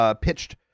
pitched